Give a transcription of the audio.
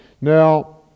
Now